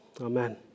Amen